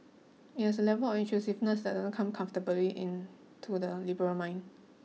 it has a level of intrusiveness that doesn't come comfortably in to the liberal mind